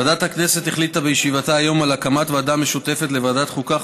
ועדת הכנסת החליטה בישיבתה היום על הקמת ועדה משותפת לוועדת החוקה,